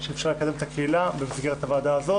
שאפשר לקדם את הקהילה במסגרת הוועדה הזאת.